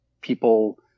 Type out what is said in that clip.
people